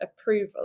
approval